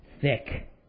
thick